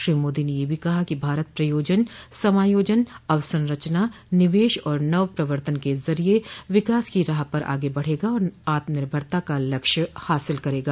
श्री मोदी ने यह भी कहा कि भारत प्रयोजन समायोजन अवसंरचना निवेश और नवप्रवर्तन के जरिये विकास की राह पर आगे बढ़ेगा और आत्मनिर्भरता का लक्ष्य हासिल करेगा